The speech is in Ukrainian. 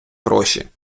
гроші